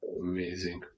amazing